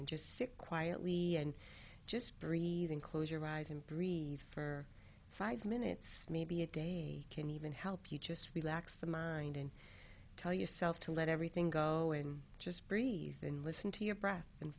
and just sick quietly and just breathing close your eyes and breathe for five minutes maybe a day can even help you just relax the mind and tell yourself to let everything go and just breathe and listen to your breath and